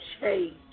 change